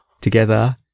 together